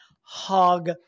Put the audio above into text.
hog